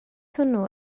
hwnnw